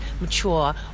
mature